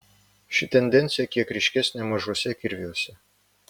ši tendencija kiek ryškesnė mažuose kirviuose